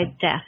death